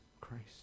Christ